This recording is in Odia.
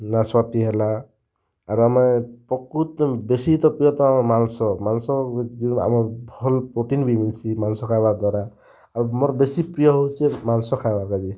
ନାସ୍ପାତି ହେଲା ଆରୁ ଆମେ ପ୍ରକୃତ ବେଶୀ ତ ପ୍ରିୟ ତ ମାଂସ ମାଂସ ଆମର୍ ଭଲ୍ ପ୍ରୋଟିନ୍ ବି ମିଲ୍ସି ମାଂସ ଖାଇବା ଦ୍ୱାରା ଆର୍ ମୋର୍ ବେଶୀ ପ୍ରିୟ ହେଉଛି ମାଂସ ଖାଇବାର୍ ଲାଗି